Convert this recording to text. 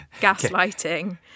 gaslighting